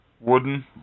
wooden